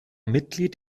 mitglied